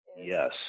yes